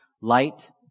Light